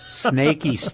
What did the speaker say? Snaky